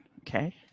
okay